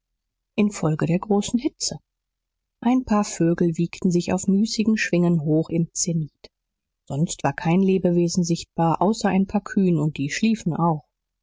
infolge der großen hitze ein paar vögel wiegten sich auf müßigen schwingen hoch im zenith sonst war kein lebewesen sichtbar außer ein paar kühen und die schliefen auch